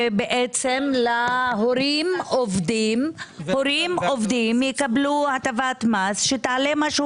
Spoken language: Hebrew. שבעצם הורים עובדים יקבלו הטבת מס שתעלה משהו